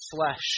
flesh